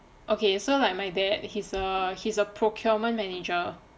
okay so like my dad he's a he's a procurement manager